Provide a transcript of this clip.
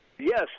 Yes